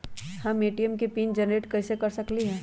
हम ए.टी.एम के PIN generate कईसे कर सकली ह?